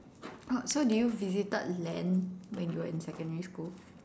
oh so do you visited Len when you were in secondary school